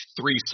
three